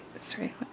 sorry